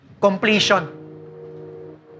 completion